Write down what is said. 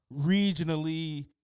regionally